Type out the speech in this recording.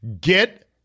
Get